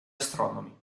astronomi